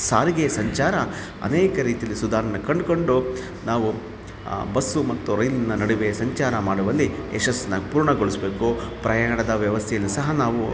ಸಾರಿಗೆಯ ಸಂಚಾರ ಅನೇಕ ರೀತಿಯಲ್ಲಿ ಸುಧಾರ್ಣೆ ಕಂಡುಕೊಂಡು ನಾವು ಬಸ್ಸು ಮತ್ತು ರೈಲಿನ ನಡುವೆ ಸಂಚಾರ ಮಾಡುವಲ್ಲಿ ಯಶಸ್ಸನ್ನು ಪೂರ್ಣಗೊಳಿಸಬೇಕು ಪ್ರಯಾಣದ ವ್ಯವಸ್ಥೆಯನ್ನು ಸಹ ನಾವು